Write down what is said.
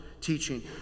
teaching